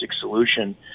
solution